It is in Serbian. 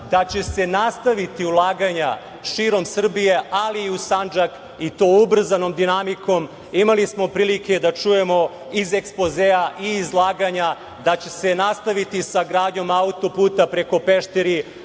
da će se nastaviti ulaganja širom Srbije, ali i u Sandžak, i to ubrzanom dinamikom. Imali smo prilike da čujemo iz ekspozea i izlaganja da će se nastaviti sa gradnjom auto-puta preko Pešteri,